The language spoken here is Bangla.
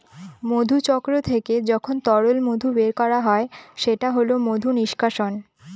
মধুচক্র থেকে যখন তরল মধু বের করা হয় সেটা হল মধু নিষ্কাশন